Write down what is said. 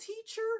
teacher